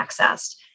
accessed